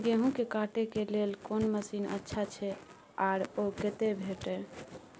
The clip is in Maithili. गेहूं के काटे के लेल कोन मसीन अच्छा छै आर ओ कतय भेटत?